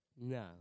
no